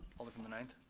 alder from the ninth.